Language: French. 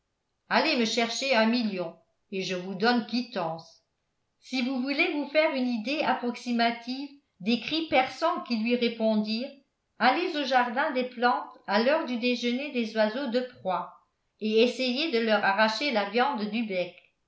allez me chercher un million et je vous donne quittance si vous voulez vous faire une idée approximative des cris perçants qui lui répondirent allez au jardin des plantes à l'heure du déjeuner des oiseaux de proie et essayez de leur arracher la viande du bec